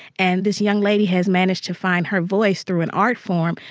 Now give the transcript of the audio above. and this young lady has managed to find her voice through an art form,